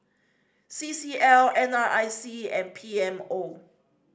C C L N R I C and P M O